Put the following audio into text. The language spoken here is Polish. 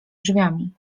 drzwiami